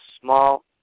small